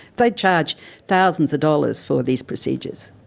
they charge thousands of dollars for these procedures.